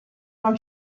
non